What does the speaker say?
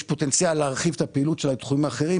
- ויש פוטנציאל להרחיב את הפעילות שלה לתחומים אחרים,